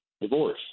divorce